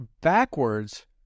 backwards